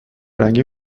رنگی